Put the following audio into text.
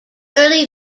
early